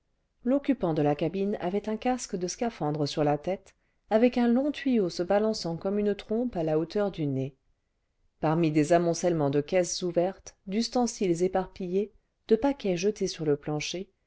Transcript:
l'occupant de la cabine avait un casque de scaphandre scaphandre la tête avec un long tuyau se balançant comme une trompe à la hauteur du nez parmi des amoncellements de caisses ouvertes d'ustensiles éparpillés cle paquets jetés sur le plancher